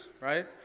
right